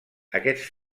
aquests